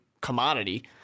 commodity